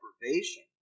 deprivation